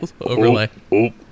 overlay